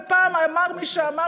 ופעם אמר מי שאמר,